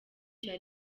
cya